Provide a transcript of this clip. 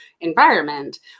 environment